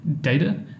data